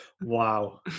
wow